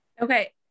Okay